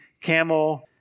camel